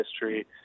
history